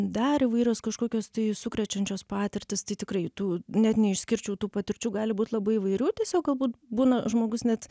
dar įvairios kažkokios tai sukrečiančios patirtys tai tikrai tų net neišskirčiau tų patirčių gali būt labai įvairių tiesiog galbūt būna žmogus net